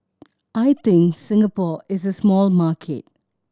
I think Singapore is a small market